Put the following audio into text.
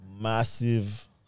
Massive